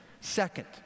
Second